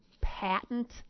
patent